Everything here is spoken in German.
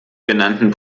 genannten